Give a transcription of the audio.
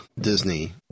Disney